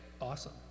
Awesome